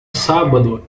sábado